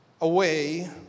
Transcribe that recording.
away